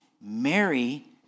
Mary